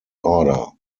order